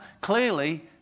clearly